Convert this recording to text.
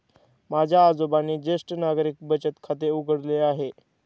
माझ्या आजोबांनी ज्येष्ठ नागरिक बचत खाते उघडले आहे